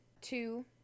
two